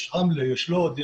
יש רמלה, יש לוד.